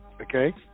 okay